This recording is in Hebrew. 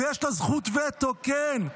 ויש לה זכות וטו, כן.